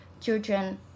children